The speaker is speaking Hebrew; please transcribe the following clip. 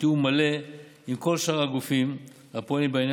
בתיאום מלא עם כל שאר הגופים הפועלים בעניין